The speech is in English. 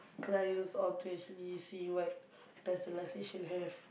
clients all to actually see what does the live station have